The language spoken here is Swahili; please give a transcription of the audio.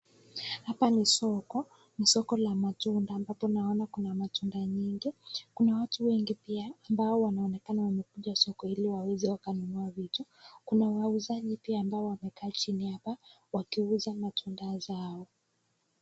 Hapa ni soko, ni soko la matunda ambapo naona kuna matunda mingi. Kuna watu wengi pia ambao wanaonekana wamekuja soko ili waweze wakanunua vitu. Kuna wauzaji pia ambao wamekaa chini hapa wakiuza matunda zao.